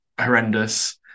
horrendous